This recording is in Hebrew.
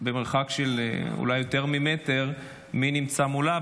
ממרחק של יותר ממטר מי נמצא מולה.